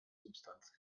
substanz